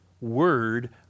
Word